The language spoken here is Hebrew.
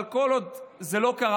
אבל כל עוד זה לא קרה,